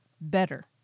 better